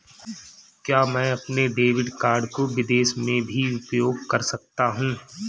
क्या मैं अपने डेबिट कार्ड को विदेश में भी उपयोग कर सकता हूं?